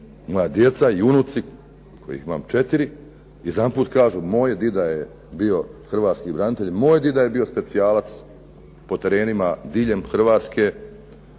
moja djeca i unuci kojih imam četiri, jedanput kažu moj dida je bio hrvatski branitelj, moj dida je bio specijalac po terenima diljem Hrvatske